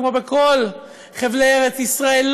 כמו בכל חבלי ארץ ישראל,